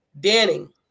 Danning